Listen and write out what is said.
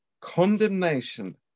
condemnation